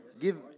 Give